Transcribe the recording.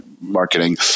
marketing